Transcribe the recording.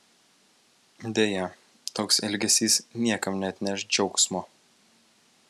deja toks elgesys niekam neatneš džiaugsmo